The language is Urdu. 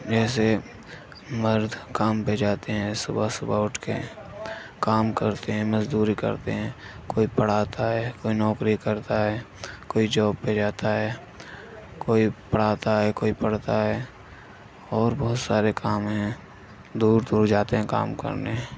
جیسے مرد کام پہ جاتے ہیں صبح صبح اٹھ کے کام کرتے ہیں مزدوری کرتے ہیں کوئی پڑھاتا ہے کوئی نوکری کرتا ہے کوئی جاب پہ جاتا ہے کوئی پڑھاتا ہے کوئی پڑھتا ہے اور بہت سارے کام ہیں دور دور جاتے ہیں کام کرنے